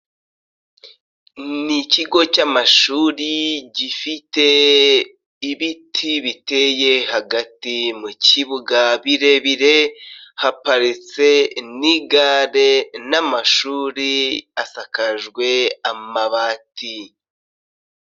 Ni ikigo cy'amashuri gifite ibiti biteye hagati mu kibuga birebire, haparitse n'igare n'amashuri asakajwe amabati.